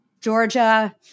Georgia